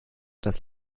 das